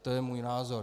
To je můj názor.